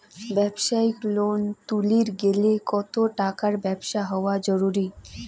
ব্যবসায়িক লোন তুলির গেলে কতো টাকার ব্যবসা হওয়া জরুরি?